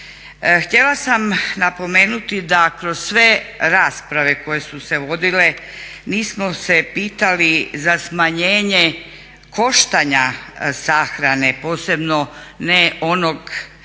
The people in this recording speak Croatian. Htjela sam napomenuti da kroz sve rasprave koje su se vodile nismo se pitali za smanjenje koštanja sahrane posebno ne onog